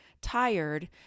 tired